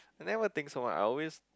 I never think so much I always